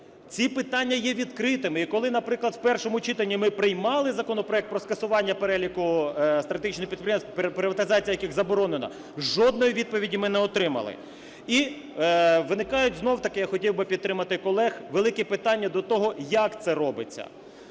Ці питання є відкритими. І коли, наприклад, в першому читанні ми приймали законопроект про скасування переліку стратегічних підприємств, приватизація яких заборонена, жодної відповіді ми не отримали. І виникають, знову-таки я хотів підтримати колег, велике питання до того, як це робиться.